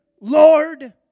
Lord